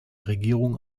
regierung